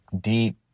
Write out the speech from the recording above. deep